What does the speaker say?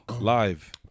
Live